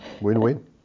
win-win